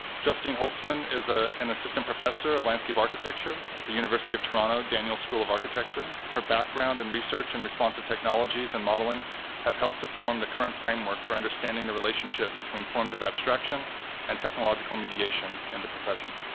justine holzman is ah an assistant professor of landscape architecture at the university of toronto daniel school of architecture. her background in and research and responsive technologies and modeling have helped to form the current framework for understanding the relationship between forms of abstraction and technological mediation in the profession.